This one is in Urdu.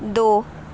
دو